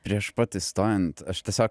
prieš pat įstojant aš tiesiog